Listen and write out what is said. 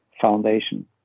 Foundation